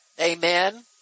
Amen